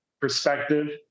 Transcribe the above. perspective